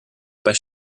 pas